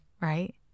right